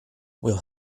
will